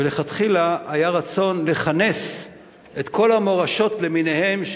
ולכתחילה היה רצון לכנס את כל המורשות למיניהן,